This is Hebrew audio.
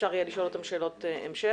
אפשר יהיה לשאול אותם שאלות המשך.